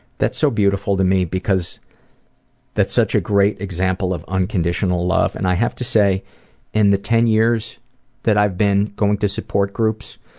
that's so beautiful to me because that's such a great example of unconditional love and i have to say in the ten years that i've been going to support groups,